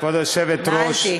כבוד היושבת-ראש,